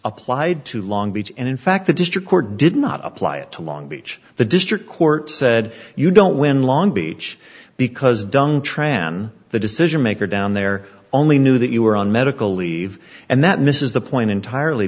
applied to long beach and in fact the district court did not apply it to long beach the district court said you don't win long beach because dung tran the decision maker down there only knew that you were on medical leave and that misses the point entirely